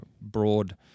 broad